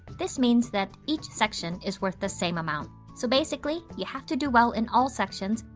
this means that each section is worth the same amount. so, basically you have to do well in all sections,